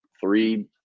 three